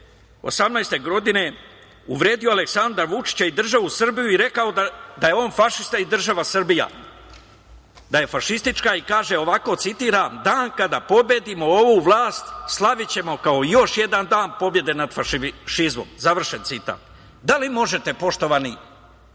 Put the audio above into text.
2018. godine uvredio Aleksandra Vučića i državu Srbiju i rekao da je on fašista i država Srbija da je fašistička i kaže ovako, citiram: „Dan kada pobedimo ovu vlast slavićemo kao još jedan dan pobede nad fašizmom“, završen citat. Da li možete, poštovani